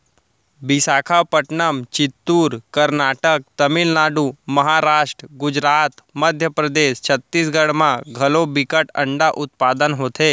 बिसाखापटनम, चित्तूर, करनाटक, तमिलनाडु, महारास्ट, गुजरात, मध्य परदेस, छत्तीसगढ़ म घलौ बिकट अंडा उत्पादन होथे